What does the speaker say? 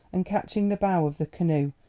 and catching the bow of the canoe,